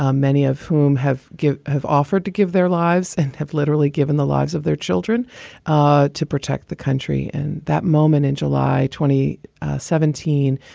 um many of whom have have offered to give their lives and have literally given the lives of their children ah to protect the country. and that moment in july, twenty seventeen,